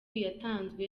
yatanzwe